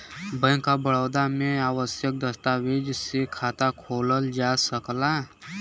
bank of Baroda में आवश्यक दस्तावेज से खाता खोलल जा सकला